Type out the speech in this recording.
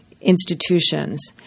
institutions